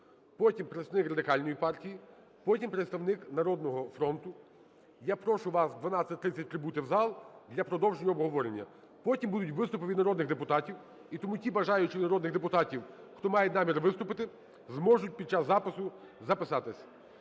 потім представник Радикальної партії, потім представник "Народного фронту". Я прошу вас о 12:30 прибути в зал для продовження обговорення. Потім будуть виступи від народних депутатів, і тому ті бажаючі з народних депутатів, хто мають намір виступити, зможуть під час запису записатися.